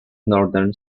northern